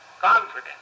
Confident